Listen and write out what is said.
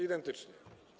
Identycznie.